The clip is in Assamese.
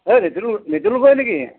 এই নিতুল নিতুল গগৈ নেকি